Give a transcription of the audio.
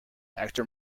actor